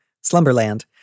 slumberland